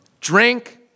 drink